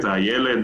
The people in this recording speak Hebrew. את הילד,